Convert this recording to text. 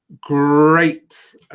Great